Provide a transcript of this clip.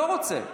לא רוצה.